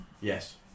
Yes